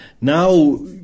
Now